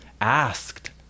asked